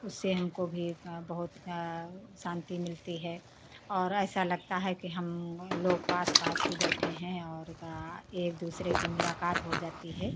उससे हमको भी बहुत शांति मिलती है और ऐसा लगता है कि हम लोग पास पास ही बैठे हैं और एक दूसरे की मुलाकात हो जाती है